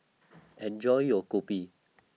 Enjoy your Kopi